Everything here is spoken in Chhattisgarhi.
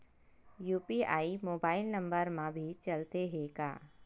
यू.पी.आई मोबाइल नंबर मा भी चलते हे का?